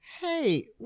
hey